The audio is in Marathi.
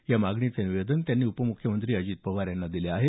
या मागणीचं निवेदन त्यांनी उपमुख्यमंत्री अजित पवार यांना दिलं आहे